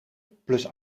plus